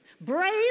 brave